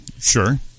Sure